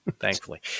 thankfully